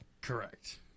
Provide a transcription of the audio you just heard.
Correct